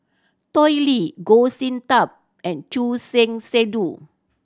Tao Li Goh Sin Tub and Choor Singh Sidhu